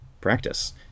practice